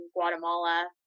Guatemala